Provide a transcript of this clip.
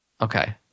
Okay